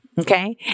okay